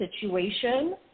situation